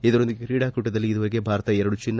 ಇದರೊಂದಿಗೆ ಕ್ರೀಡಾಕೂಟದಲ್ಲಿ ಇದುವರೆಗೆ ಭಾರತ ಎರಡು ಚಿನ್ನ